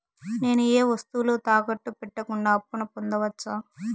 నేను ఏ వస్తువులు తాకట్టు పెట్టకుండా అప్పును పొందవచ్చా?